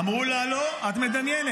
אמרו לה: לא, את מדמיינת.